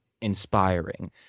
inspiring